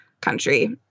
country